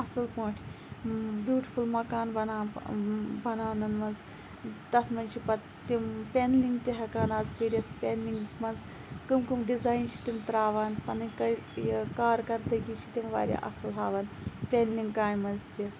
اَصل پٲٹھۍ بیوٗٹِفُل مَکان بَنان بَنانَن تَتھ مَنٛز چھِ پَتہٕ تِم پیٚنٛلِنٛگ تہِ ہیٚکان آز کٔرِتھ پیٚنٛلِنٛگ مَنٛز کِم کِم ڈِزایِن چھِ تِم تراوان پَنٕنۍ یہِ کارکَردگی چھِ تِم واریاہ اَصل ہاوان پیٚنٛلِنٛگ کامہِ مَنٛز تہِ